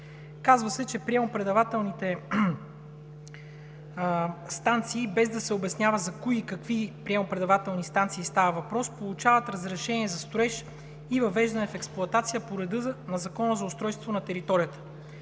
Казва се, че „приемо-предавателните станции“ – без да се обяснява за кои, какви приемо-предавателни станции става въпрос – „получават разрешение за строеж и въвеждане в експлоатация по реда на Закона за устройство на територията“.